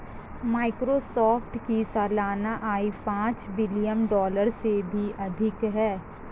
Microsoft की सालाना आय पांच बिलियन डॉलर से भी अधिक है